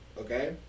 okay